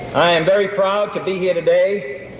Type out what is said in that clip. i am very proud to be here today,